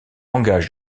engage